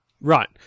Right